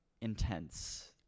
intense